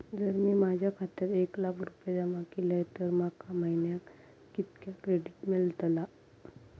जर मी माझ्या खात्यात एक लाख रुपये जमा केलय तर माका महिन्याक कितक्या क्रेडिट मेलतला?